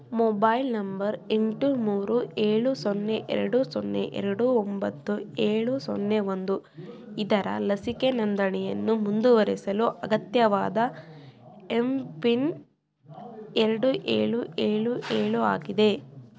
mobile number ಎಂಟು ಮೂರು ಏಳು ಸೊನ್ನೆ ಎರಡು ಸೊನ್ನೆ ಎರಡು ಒಂಬತ್ತು ಏಳು ಸೊನ್ನೆ ಒಂದು ಇದರ ಲಸಿಕೆ ನೋಂದಣಿಯನ್ನು ಮುಂದುವರೆಸಲು ಅಗತ್ಯವಾದ ಎಮ್ ಪಿನ್ ಎರಡು ಏಳು ಏಳು ಏಳು ಆಗಿದೆ